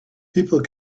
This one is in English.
people